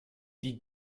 die